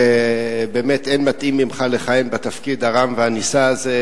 באמת אין מתאים ממך לכהן בתפקיד הרם והנישא הזה,